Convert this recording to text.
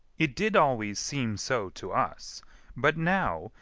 it did always seem so to us but now,